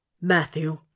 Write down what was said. Matthew